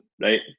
right